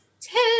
ten